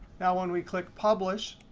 now, when we click publish,